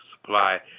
supply